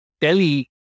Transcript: Delhi